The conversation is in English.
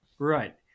Right